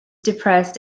depressed